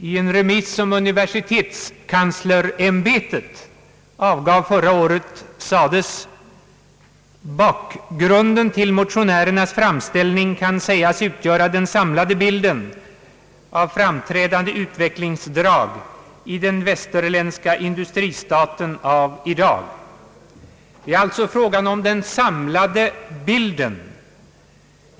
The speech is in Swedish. I ett remissyttrande, som universitetskanslersämbetet avgav förra året, sades: »Bakgrunden till motionärernas framställning kan sägas utgöra den samlade bilden av framträdande utvecklingsdrag i den västerländska industristaten av i dag.» Det är alltså fråga om »den samlade bilden».